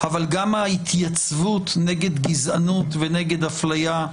אבל גם ההתייצבות נגד גזענות ונגד הפליה,